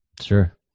Sure